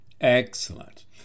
Excellent